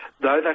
No